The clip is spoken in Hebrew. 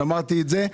שמרתי את זה,